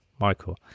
Michael